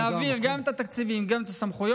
להעביר גם את התקציבים, גם את הסמכויות.